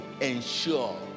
ensure